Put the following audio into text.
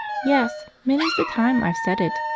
yes many's the time i've said it,